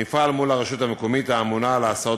נפעל מול הרשות המקומית האמונה על ההסעות